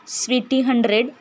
city hundred